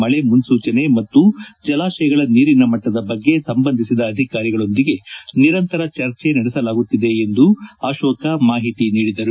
ಮಳೆ ಮುನ್ನೂಚನೆ ಮತ್ತು ಜಲಾಶಯಗಳ ನೀರಿನ ಮಟ್ಟದ ಬಗ್ಗೆ ಸಂಬಂಧಿಸಿದ ಅಧಿಕಾರಿಗಳೊಂದಿಗೆ ನಿರಂತರ ಚರ್ಚೆ ನಡೆಸಲಾಗುತ್ತಿದೆ ಎಂದು ಅಕೋಕ್ ಮಾಹಿತಿ ನೀಡಿದರು